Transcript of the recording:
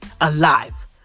alive